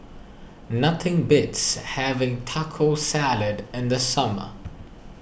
nothing beats having Taco Salad in the summer